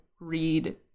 read